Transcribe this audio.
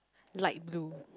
light blue